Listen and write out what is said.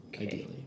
ideally